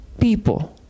people